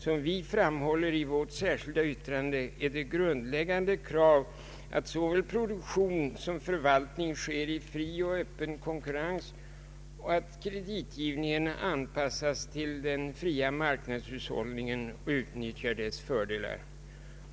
Som vi framhåller i vårt särskilda yttrande är det ett grundläggande krav att såväl produktion som förvaltning skall ske i fri och öppen konkurrens och att kreditgivningen anpassas till den fria marknadshushållningen och utnyttjar dess fördelar.